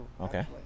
Okay